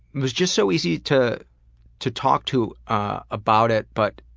was just so easy to to talk to about it. but